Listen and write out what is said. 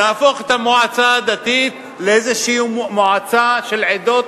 נהפוך את המועצה הדתית לאיזו מועצה של עדות,